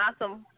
awesome